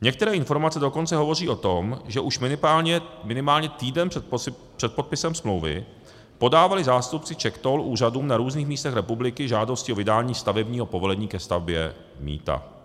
Některé informace dokonce hovoří o tom, že už minimálně týden před podpisem smlouvy podávali zástupci CzechToll úřadům na různých místech republiky žádosti o vydání stavebního povolení ke stavbě mýta.